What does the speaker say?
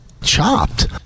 Chopped